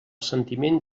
sentiment